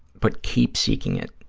but keep seeking it,